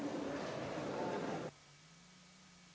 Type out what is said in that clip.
Hvala